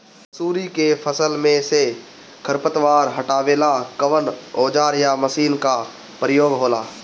मसुरी के फसल मे से खरपतवार हटावेला कवन औजार या मशीन का प्रयोंग होला?